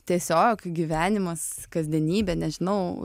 tiesiog gyvenimas kasdienybė nežinau